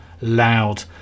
loud